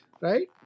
right